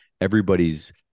everybody's